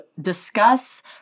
discuss